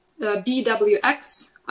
BWX